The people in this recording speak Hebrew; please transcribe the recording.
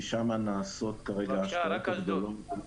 כי שם נעשות כרגע ההשקעות הגדולות.